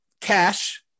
Cash